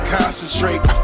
Concentrate